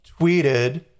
Tweeted